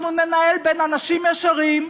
אנחנו ננהל בין אנשים ישרים,